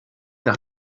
nach